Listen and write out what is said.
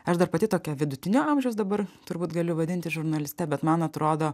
aš dar pati tokia vidutinio amžiaus dabar turbūt galiu vadintis žurnaliste bet man atrodo